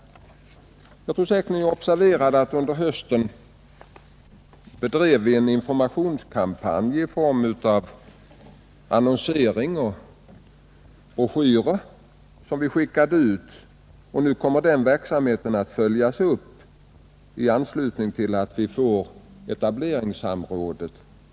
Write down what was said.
Jag tror säkert att ni observerade att vi under hösten bedrev en informationskampanj i form av annonsering och broschyrer. Denna verksamhet kommer nu att följas upp genom etableringssamråd.